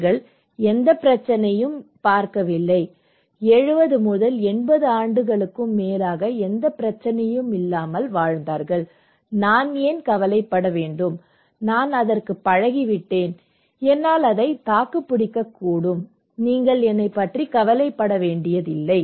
அவர்களுக்கு எந்தப் பிரச்சினையும் இல்லை அவர்கள் 70 80 ஆண்டுகளுக்கும் மேலாக எந்தப் பிரச்சினையும் இல்லாமல் வாழ்ந்தார்கள் நான் ஏன் கவலைப்பட வேண்டும் நான் அதற்குப் பழகிவிட்டேன் என்னால் இதை தாக்குப்பிடிக்ககுடும் நீங்கள் என்னைப் பற்றி கவலைப்பட வேண்டியதில்லை